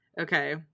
Okay